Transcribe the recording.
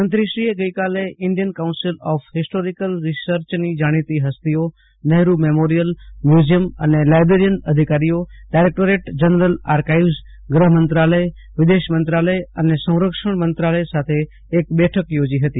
મંત્રીશ્રીએ ગઈકાલે Indian council of historical રીસર્ચની જાણીતી હસ્તીઓ નહેરુ મેમોરીયલ મ્યુઝીયમ અને લાઈબ્રેરીન અધિકારીઓ ડાયરેકટોરેટ જનરલ આર્કાઈવ્સ ગ્રહમંત્રાલય વિદેશ મંત્રાલય અને સંરક્ષણ મંત્રાલય સાથે એક બેઠક યોજી હતી